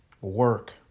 work